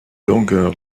longueur